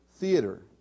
theater